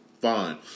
fine